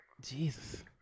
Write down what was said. Jesus